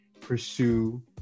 pursue